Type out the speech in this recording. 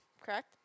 correct